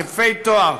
יפה תואר,